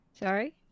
Sorry